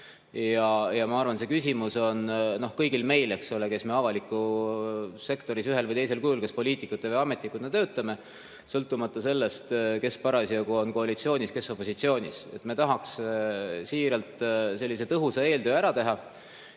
Ma arvan, et see küsimus on kõigil meil, kes me avalikus sektoris ühel või teisel kujul, kas poliitikute või ametnikena töötame, sõltumata sellest, kes parasjagu on koalitsioonis ja kes opositsioonis. Me tahaks siiralt sellise tõhusa eeltöö ära teha.